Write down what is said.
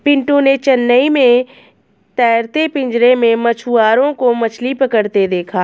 पिंटू ने चेन्नई में तैरते पिंजरे में मछुआरों को मछली पकड़ते देखा